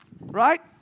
right